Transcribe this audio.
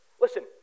listen